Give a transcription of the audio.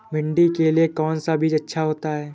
भिंडी के लिए कौन सा बीज अच्छा होता है?